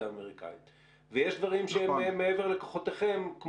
האמריקאית ויש דברים שהם מעבר לכוחותיכם,